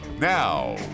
now